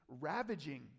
ravaging